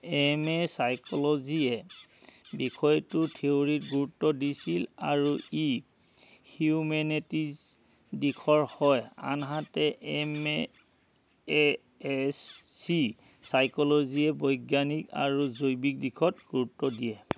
M A ছাইক'লজীয়ে বিষয়টোৰ থিঅ'ৰিত গুৰুত্ব দিছিল আৰু ই হিউমেনিটিজ দিশৰ হয় আনহাতে এম এ এছ চি ছাইক'লজীয়ে বৈজ্ঞানিক আৰু জৈৱিক দিশত গুৰুত্ব দিয়ে